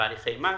בהליכי מס.